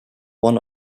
one